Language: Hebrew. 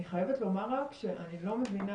אני חייבת לומר לך שאני לא מבינה,